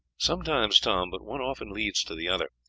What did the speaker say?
sometimes, tom, but one often leads to the other.